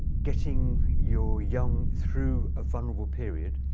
getting your young through a vulnerable period